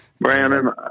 Brandon